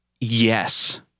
Yes